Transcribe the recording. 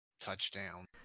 touchdown